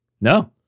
No